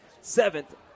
Seventh